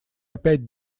опять